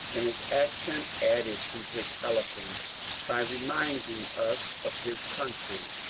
and his accent added to his eloquence by reminding us of his country,